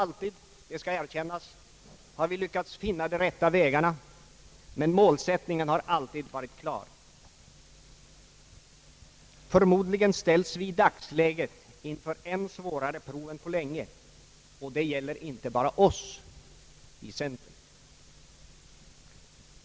Vi har inte alltid lyckats finna de rätta vägarna, det skall erkännas, men målsättningen har alltid varit klar. Förmodligen ställs vi i dagsläget inför svårare prov än på länge — och det gäller inte bara oss inom centern.